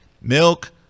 milk